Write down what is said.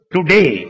Today